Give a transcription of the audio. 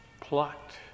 Plucked